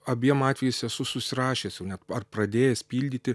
abiem atvejais esu susirašęs jau net ar pradėjęs pildyti